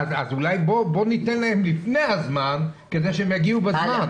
אז אולי בואו ניתן להן לפני הזמן כדי שהן יגיעו בזמן.